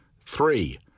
Three